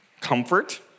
comfort